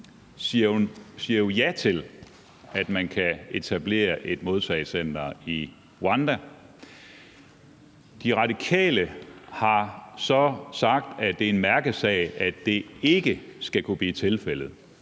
alle tre ja til, at man kan etablere et modtagecenter i Rwanda. De Radikale har så sagt, at det er en mærkesag, at det ikke skal kunne blive tilfældet.